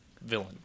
villain